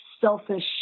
selfish